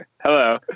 Hello